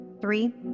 Three